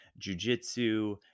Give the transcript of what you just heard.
jujitsu